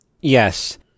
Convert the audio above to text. Yes